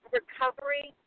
recovery